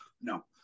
No